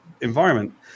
environment